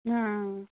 हाँ